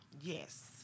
Yes